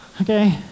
okay